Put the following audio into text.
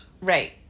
Right